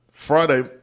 Friday